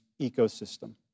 ecosystem